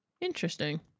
interesting